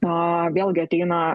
na vėlgi ateina